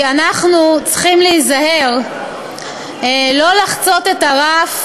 כי אנחנו צריכים להיזהר שלא לחצות את הרף